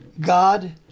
God